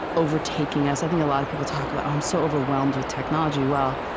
overtaking us. i think a lot of people talk about, oh, i'm so overwhelmed with technology. well,